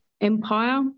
empire